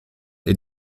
est